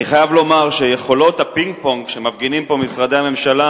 אני חייב לומר שיכולות הפינג-פונג שמפגינים פה משרדי הממשלה,